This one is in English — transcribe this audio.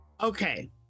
Okay